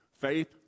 Faith